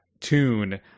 tune